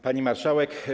Pani Marszałek!